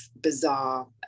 bizarre